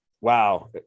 wow